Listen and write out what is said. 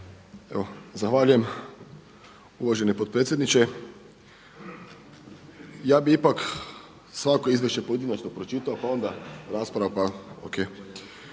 Evo zahvaljujem uvaženi potpredsjedniče. Ja bi ipak svako izvješće pojedinačno pročitao pa onda rasprava.